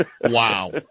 Wow